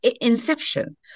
inception